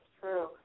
true